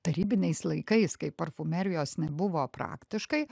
tarybiniais laikais kai parfumerijos nebuvo praktiškai